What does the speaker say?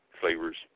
flavors